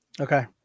okay